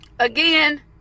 Again